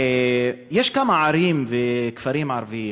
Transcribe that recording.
יש כמה ערים וכפרים ערביים